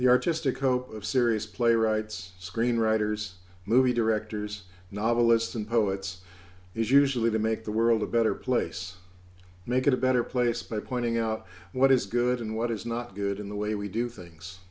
the artistic hope of serious playwrights screenwriters movie directors novelists and poets is usually to make the world a better place make it a better place by pointing out what is good and what is not good in the way we do things